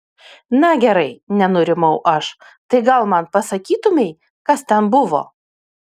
na gerai nenurimau aš tai gal man pasakytumei kas ten buvo